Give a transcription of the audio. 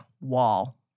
wall